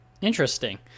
Interesting